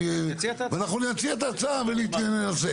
ואנחנו נציע את ההצעה וננסה.